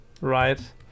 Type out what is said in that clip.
Right